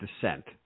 descent